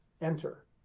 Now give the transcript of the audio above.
enter